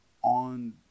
On